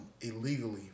illegally